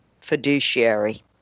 Fiduciary